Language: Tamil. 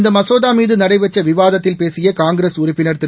இந்த மசோதா மீது நடைபெற்ற விவாதத்தில் பேசிய காங்கிரஸ் உறுப்பினர் திரு